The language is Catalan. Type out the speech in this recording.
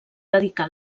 dedicar